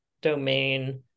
domain